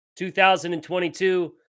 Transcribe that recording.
2022